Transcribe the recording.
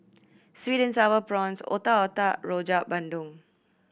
sweet and Sour Prawns Otak Otak Rojak Bandung